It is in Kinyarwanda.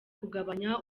kugabanya